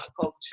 culture